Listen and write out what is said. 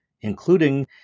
including